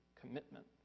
commitment